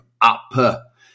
up